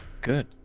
Good